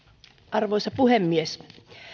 arvoisa puhemies